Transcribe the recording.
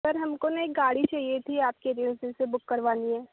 sir हमको न एक गाड़ी चाहिए थी आपके एजेंसी से बुक करवानी है